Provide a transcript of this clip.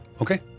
Okay